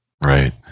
Right